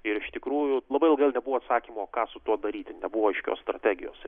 ir iš tikrųjų labai ilgai nebuvo atsakymo ką su tuo daryti nebuvo aiškios strategijos